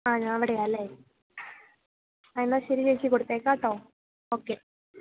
ആ ഞാൻ അവിടെയാണ് അല്ലേ ആ എന്നാൽ ശരി ചേച്ചി കൊടുത്തേക്കാം കേട്ടോ ഓക്കെ